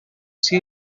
sia